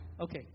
Okay